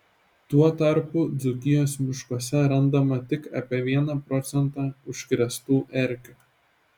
tuo tarpu dzūkijos miškuose randama tik apie vieną procentą užkrėstų erkių